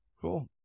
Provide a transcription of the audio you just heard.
Cool